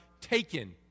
taken